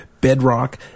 bedrock